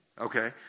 Okay